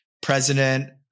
President